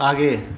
आगे